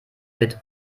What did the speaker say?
wird